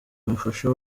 umufasha